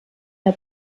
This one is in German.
der